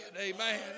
amen